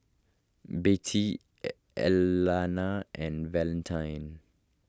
Bettye Elana and Valentine